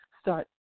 start